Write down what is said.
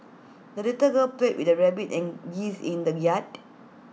the little girl played with her rabbit and geese in the yard